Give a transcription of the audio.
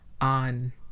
on